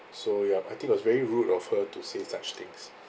so ya I think was very rude of her to say such things